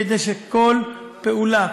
כדי שכל פעולה,